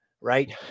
right